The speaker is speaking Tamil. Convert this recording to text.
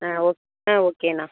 ஆ ஓக் ஆ ஓகே அண்ணா